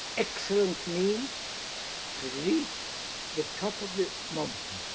excellence means to reach the top of the mountain.